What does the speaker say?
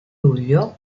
luglio